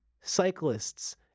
cyclists